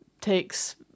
takes